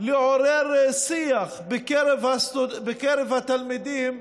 בלעורר שיח בקרב התלמידים